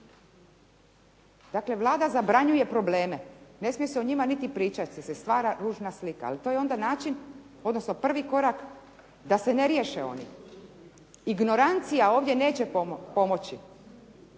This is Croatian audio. Dakle Vlada zabranjuje probleme, ne smije se o njima ni pričati, jer se stvara ružna slika. Ali to je onda način, odnosno prvi korak da se ne riješe oni. Ignorancija ovdje neće pomoći